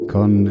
Con